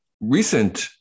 recent